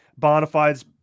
Bonafide's